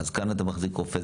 כאן אתה מחזיק רופא,